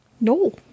No